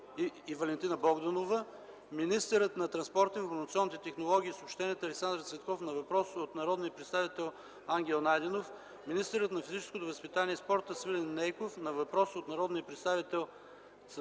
Валентина Богданова; - министърът на транспорта, информационните технологии и съобщенията Александър Цветков на въпрос от народния представител Ангел Найденов; - министърът на физическото възпитание и спорта Свилен Нейков на въпрос от народния представител Цветан